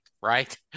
right